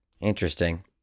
Interesting